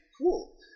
cool